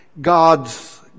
God's